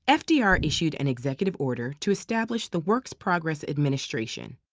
and fdr issued an executive order to establish the works progress administration,